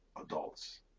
adults